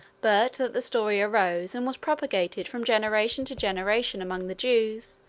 but that the story arose and was propagated from generation to generation among the jews,